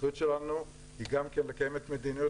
האחריות שלנו היא גם לקיים את מדיניות